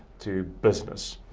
to business,